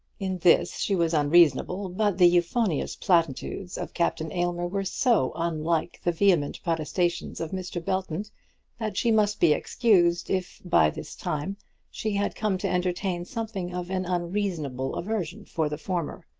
in this she was unreasonable but the euphonious platitudes of captain aylmer were so unlike the vehement protestations of mr. belton that she must be excused if by this time she had come to entertain something of an unreasonable aversion for the former.